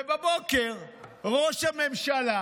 ובבוקר ראש הממשלה,